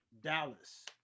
Dallas